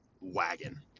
wagon